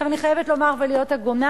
אני חייבת לומר ולהיות הגונה: